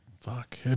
fuck